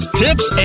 tips